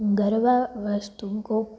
ગરબા વસ્તુ